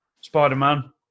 Spider-Man